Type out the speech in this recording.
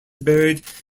buried